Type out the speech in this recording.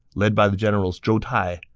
led by the generals zhou tai,